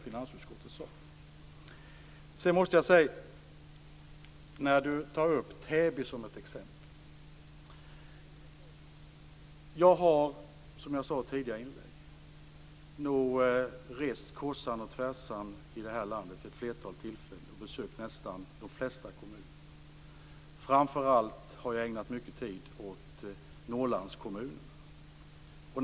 Fredrik Reinfeldt tar upp Täby som ett exempel. Jag har, som jag sade tidigare, rest kors och tvärs i det här landet ett flertal gånger och besökt nästan de flesta kommuner. Framför allt har jag ägnat mycken tid åt Norrlandskommunerna.